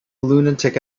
lunatic